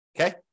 Okay